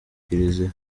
kiliziya